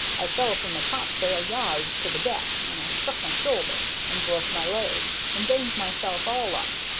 i fell from the topsail yard to the deck, and i struck my shoulder, and broke my leg, and banged myself all up.